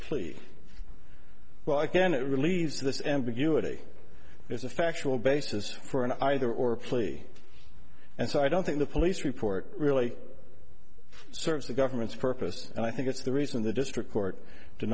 plea well again it relieves this ambiguity is the factual basis for an either or plea and so i don't think the police report really serves the government's purpose and i think it's the reason the district court did